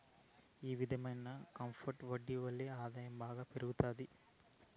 ఈ విధమైన కాంపౌండ్ వడ్డీ వల్లే ఆదాయం బాగా పెరుగుతాది